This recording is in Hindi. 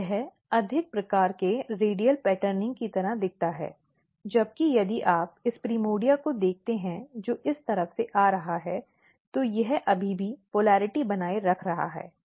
यह अधिक प्रकार के रेडियल पैटर्निंग की तरह दिखता है जबकि यदि आप इस प्राइमोर्डिया को देखते हैं जो इस तरफ से आ रहा है तो यह अभी भी ध्रुवीयता बनाए रख रहा है